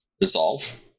resolve